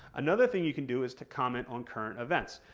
another thing you can do is to comment on current events.